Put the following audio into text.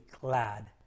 glad